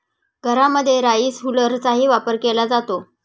घरांमध्ये राईस हुलरचाही वापर केला जातो